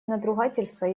надругательства